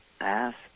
ask